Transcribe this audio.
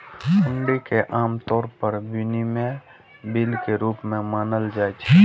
हुंडी कें आम तौर पर विनिमय बिल के रूप मे मानल जाइ छै